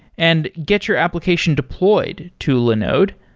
and get your application deployed to linode.